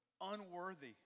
unworthy